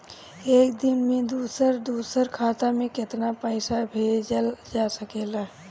एक दिन में दूसर दूसर खाता में केतना पईसा भेजल जा सेकला?